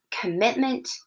commitment